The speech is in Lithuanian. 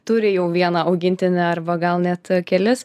turi jau vieną augintinį arba gal net kelis